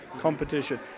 competition